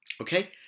okay